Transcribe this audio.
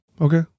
Okay